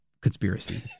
conspiracy